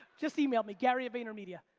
just email me, gary vaynermedia,